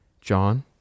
John